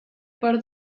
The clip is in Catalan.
per